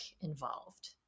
involved